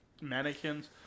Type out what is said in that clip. mannequins